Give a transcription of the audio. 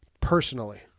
personally